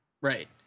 Right